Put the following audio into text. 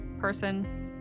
person